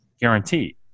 guarantee